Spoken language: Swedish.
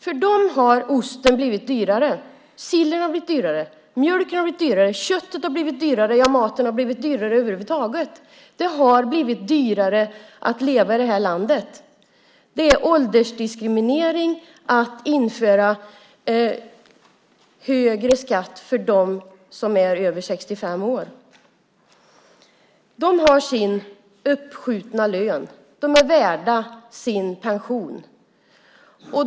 För dem har osten blivit dyrare, sillen har blivit dyrare, mjölken har blivit dyrare, köttet har blivit dyrare - ja, över huvud taget har maten blivit dyrare. Det har blivit dyrare att leva i det här landet. Det är åldersdiskriminering att införa högre skatt för dem som är över 65 år. De har sin uppskjutna lön. De är värda sin pension.